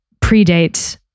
predates